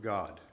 God